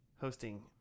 hosting